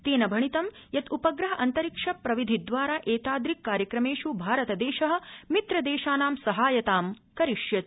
तेन भणितं यत् उपग्रह अन्तरिक्ष प्रविधि द्वारा एतादृक् कार्यक्रमेष् भारत देश मित्र देशानां सहायतामपि करिष्यति